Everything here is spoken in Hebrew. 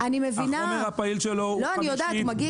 אני יודעת מה זה.